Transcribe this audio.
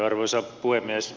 arvoisa puhemies